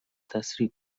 تسریع